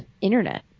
Internet